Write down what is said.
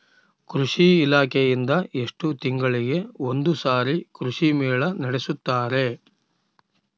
ಕೃಷಿ ಇಲಾಖೆಯಿಂದ ಎಷ್ಟು ತಿಂಗಳಿಗೆ ಒಂದುಸಾರಿ ಕೃಷಿ ಮೇಳ ನಡೆಸುತ್ತಾರೆ?